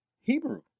Hebrew